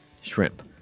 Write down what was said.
Shrimp